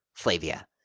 Flavia